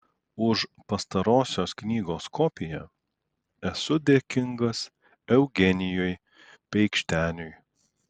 už pastarosios knygos kopiją esu dėkingas eugenijui peikšteniui